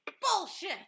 bullshit